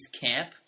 camp